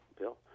bill